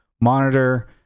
monitor